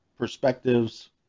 perspectives